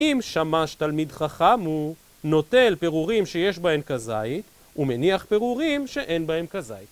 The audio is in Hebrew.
‫אם שמש תלמיד חכם הוא ‫נוטל פירורים שיש בהן כזית, ‫ומניח פירורים שאין בהן כזית.